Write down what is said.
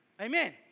Amen